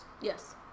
Yes